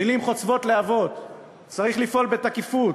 מילים חוצבות להבות: צריך לפעול בתקיפות,